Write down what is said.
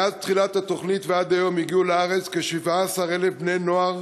מאז תחילת התוכנית ועד היום הגיעו לארץ כ-17,000 בני-נוער